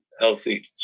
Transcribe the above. healthy